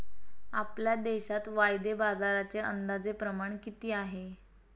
आपल्या देशात वायदे बाजाराचे अंदाजे प्रमाण किती आहे?